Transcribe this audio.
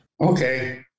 Okay